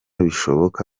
bishoboka